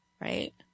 right